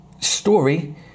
story